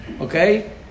Okay